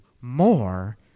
more